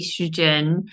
estrogen